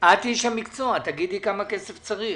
את אשת המקצוע, תגידי כמה כסף צריך.